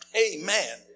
Amen